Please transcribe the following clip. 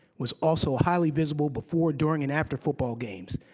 was also highly visible before, during, and after football games.